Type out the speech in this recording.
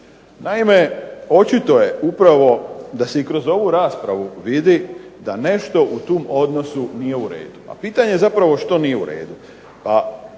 Naime, očito je upravo da se i kroz ovu raspravu vidi da nešto u tom odnosu nije u redu, a pitanje je zapravo što nije u redu. Pa